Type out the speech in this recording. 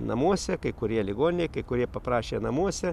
namuose kai kurie ligoninėj kai kurie paprašė namuose